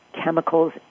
chemicals